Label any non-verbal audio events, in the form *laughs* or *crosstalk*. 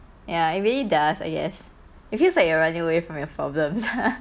ya it really does I guess it feels like you are running away from your problems *laughs*